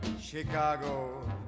Chicago